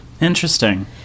Interesting